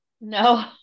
no